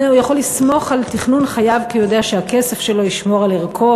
על תכנון חייו כי הוא יודע שהכסף שלו ישמור על ערכו,